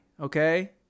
okay